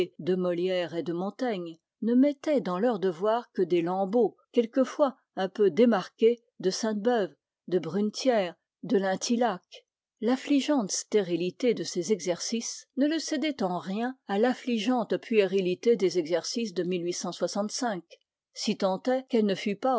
de molière et de montaigne ne mettaient dans leurs devoirs que des lambeaux quelquefois un peu démarqués de sainte-beuve de brunetière de lintilhac l'affligeante stérilité de ces exercices ne le cédait en rien à l'affligeante puérilité des exercices de si tant est qu'elle ne fût pas